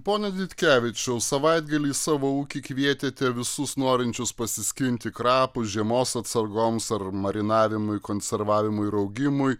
pone vitkevičiau savaitgalį į savo ūkį kvietėte visus norinčius pasiskinti krapų žiemos atsargoms ar marinavimui konservavimui ir augimui